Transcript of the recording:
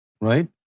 Right